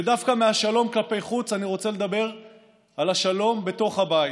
ודווקא מהשלום כלפי חוץ אני רוצה לדבר על השלום בתוך הבית,